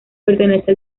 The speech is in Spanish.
pertenece